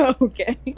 Okay